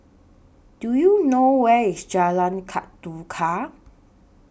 Do YOU know Where IS Jalan Ketuka